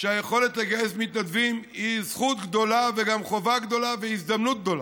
שהיכולת לגייס מתנדבים היא זכות גדולה וגם חובה גדולה והזדמנות גדולה.